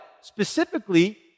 specifically